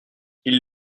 ils